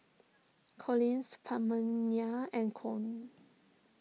Collis Pamelia and Con